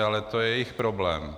Ale to je jejich problém.